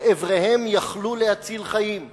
שאיבריהם יכלו להציל חיים.